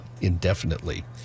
indefinitely